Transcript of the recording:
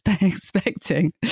expecting